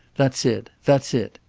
that's it that's it.